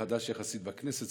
החדש יחסית בכנסת,